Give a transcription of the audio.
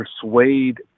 persuade